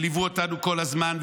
שליוו אותנו כל הזמן,